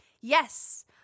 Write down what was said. Yes